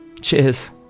Cheers